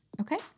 Okay